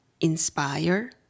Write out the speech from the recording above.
inspire